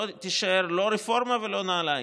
לא תישאר לא רפורמה ולא נעליים.